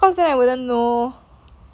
cause then I wouldn't know